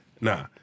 nah